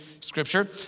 scripture